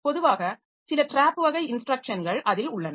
பொதுவாக சில டிராப் வகை இன்ஸ்ட்ரக்ஷன்கள் அதில் உள்ளன